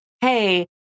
hey